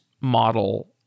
model